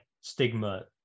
stigma